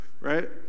right